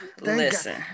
Listen